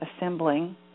assembling